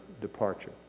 departure